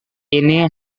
ini